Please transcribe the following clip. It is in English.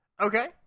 Okay